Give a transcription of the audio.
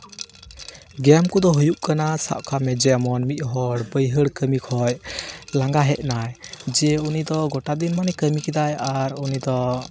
ᱜᱮᱢ ᱠᱚᱫᱚ ᱦᱩᱭᱩᱜ ᱠᱟᱱᱟ ᱥᱟᱵ ᱠᱟᱜ ᱢᱮ ᱡᱮᱢᱚᱱ ᱢᱤᱫ ᱦᱚᱲ ᱵᱟᱹᱭᱦᱟᱹᱲ ᱠᱟᱹᱢᱤ ᱠᱷᱚᱡ ᱞᱟᱸᱜᱟ ᱦᱮᱡ ᱱᱟᱭ ᱡᱮ ᱩᱱᱤ ᱫᱚ ᱜᱚᱴᱟ ᱫᱤᱱ ᱢᱟᱱᱮ ᱠᱟᱹᱢᱤ ᱠᱮᱫᱟᱭ ᱟᱨ ᱩᱱᱤ ᱫᱚ